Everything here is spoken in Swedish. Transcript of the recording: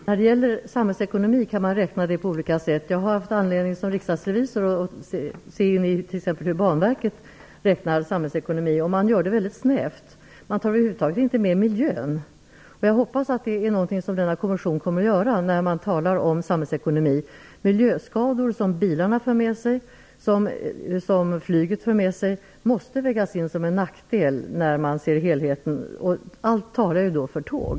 Fru talman! När det gäller samhällsekonomi kan det räknas på olika sätt. Som riksdagsrevisor har jag haft anledning att se hur t.ex. Banverket räknar på detta med samhällsekonomi. Man räknar väldigt snävt. Man tar över huvud taget inte med miljön. Men det hoppas jag att denna kommission kommer att göra när det blir fråga om samhällsekonomi. De miljöskador som bilarna och flyget för med sig måste vägas in som en nackdel när man ser på helheten. Allt talar ju då för tåg.